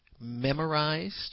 memorized